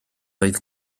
oedd